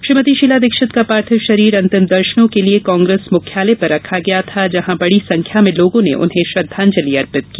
श्रीमती शीला दीक्षित का पार्थिव शरीर अंतिम दर्शनों के लिए कांग्रेस मुख्यालय पर रखा गया था जहां बड़ी संख्या में लोगों ने उन्हें श्रद्धांजलि अर्पित की